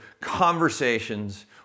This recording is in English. conversations